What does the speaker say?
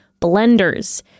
blenders